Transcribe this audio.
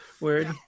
word